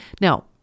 Now